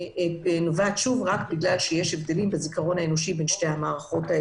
נובעת מכך שיש הבדלים בין הזיכרון האנושי לבין המציאות.